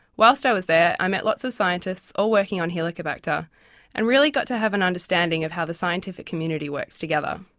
whilst i was there i met lots of scientists all working on helicobacter and really got to have an understanding of how the scientific community works together.